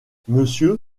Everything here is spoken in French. monsieur